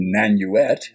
Nanuet